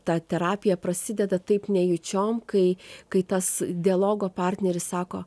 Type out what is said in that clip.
ta terapija prasideda taip nejučiom kai kai tas dialogo partneris sako